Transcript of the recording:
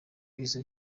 izo